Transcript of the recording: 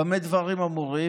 במה דברים אמורים?